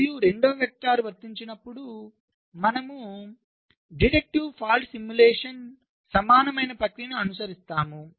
మరియు రెండవ వెక్టర్స్ వర్తించినప్పుడు మనము తీసివేసే లోపం అనుకరణకు సమానమైన ప్రక్రియను అనుసరిస్తాము